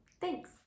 Thanks